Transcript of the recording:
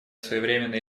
своевременной